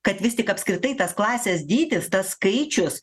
kad vis tik apskritai tas klasės dydis tas skaičius